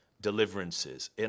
deliverances